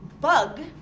bug